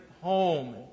home